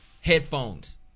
Headphones